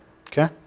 Okay